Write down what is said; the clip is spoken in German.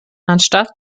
anstatt